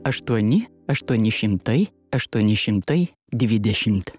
aštuoni aštuoni šimtai aštuoni šimtai dvidešimt